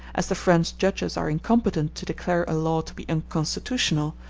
as the french judges are incompetent to declare a law to be unconstitutional,